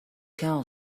gal